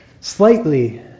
slightly